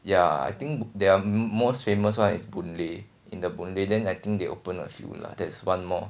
ya I think they are most famous one is boon lay in the boon lay then I think they open a few lah there's one more